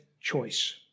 choice